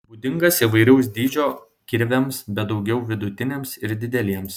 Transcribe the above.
būdingas įvairaus dydžio kirviams bet daugiau vidutiniams ir dideliems